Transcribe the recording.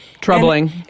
Troubling